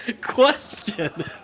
question